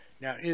Now